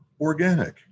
organic